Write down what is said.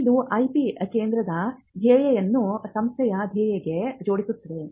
ಇದು ಐಪಿ ಕೇಂದ್ರದ ಧ್ಯೇಯವನ್ನು ಸಂಸ್ಥೆಯ ಧ್ಯೇಯಕ್ಕೆ ಜೋಡಿಸುತ್ತದೆ